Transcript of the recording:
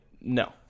no